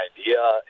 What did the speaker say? idea